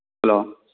hello